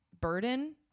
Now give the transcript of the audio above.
burden